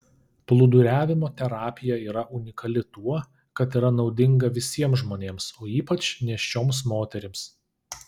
plūduriavimo terapija yra unikali tuo kad yra naudinga visiems žmonėms o ypač nėščioms moterims